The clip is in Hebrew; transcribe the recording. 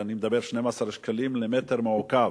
12 שקלים למטר מעוקב.